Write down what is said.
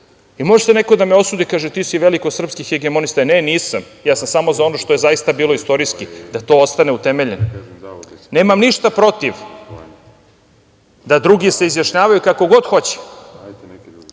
Može sad neko da me osudi, da kaže – ti si veliko srpski hegemonista. Ne, nisam, ja sam samo za ono što je zaista bilo istorijski, da to ostane utemeljeno. Nemam ništa protiv da drugi se izjašnjavaju kako god hoće,